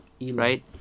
right